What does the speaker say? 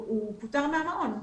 והוא פוטר מהמעון.